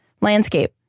landscape